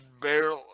barely